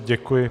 Děkuji.